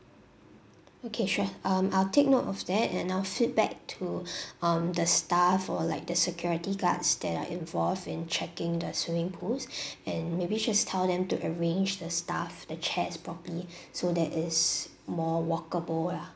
okay sure um I'll take note of that and I'll feedback to um the staff or like the security guards that are involved in checking the swimming pools and maybe just tell them to arrange the stuff the chairs properly so that is more walkable lah